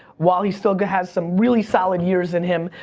while he still and has some really solid years in him,